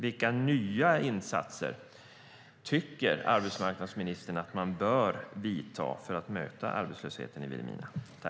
Vilka nya insatser tycker arbetsmarknadsministern att man bör vidta för att möta arbetslösheten i Vilhelmina?